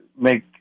make